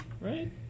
right